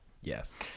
Yes